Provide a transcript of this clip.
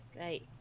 right